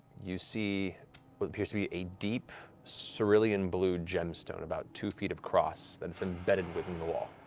you see what appears to be a deep so cerulean blue gemstone, about two feet across, that's embedded within the wall.